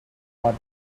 water